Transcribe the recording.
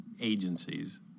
agencies